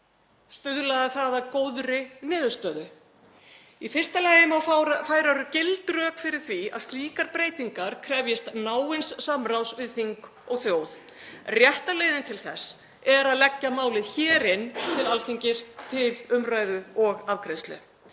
Stuðlaði það að góðri niðurstöðu? Í fyrsta lagi má færa gild rök fyrir því að slíkar breytingar krefjist náins samráðs við þing og þjóð. Rétta leiðin til þess er að leggja málið hér inn til Alþingis til umræðu og afgreiðslu.